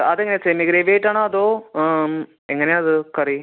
അതെങ്ങനെയാണ് സെമി ഗ്രേവിയായിട്ടാണോ അതോ എങ്ങനെയാണ് അത് കറി